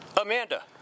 Amanda